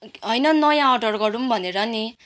होइन नयाँ अर्डर गरौँ भनेर नि